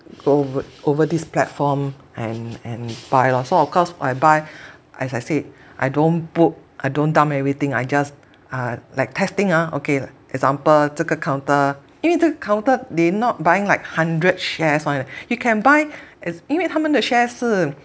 go over over this platform and and buy lor so of course I buy as I said I don't put I don't dump everything I just uh like testing ah okay example 这个 counter 因为这个 counter they not buying like hundred shares [one] leh and you can buy 因为他们的 share 是